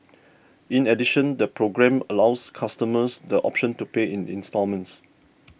in addition the programme allows customers the option to pay in instalments